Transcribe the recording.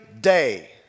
day